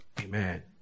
Amen